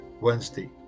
Wednesday